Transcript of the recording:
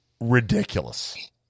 Ridiculous